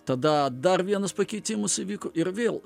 tada dar vienas pakeitimus įvyko ir vėl